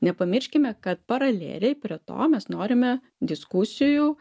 nepamirškime kad paraleliai prie to mes norime diskusijų